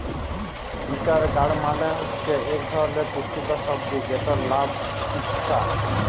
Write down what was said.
bitter gourd মালে হছে ইক ধরলের পুষ্টিকর সবজি যেটর লাম উছ্যা